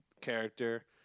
character